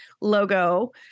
logo